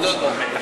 תגיד תודות רק.